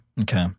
Okay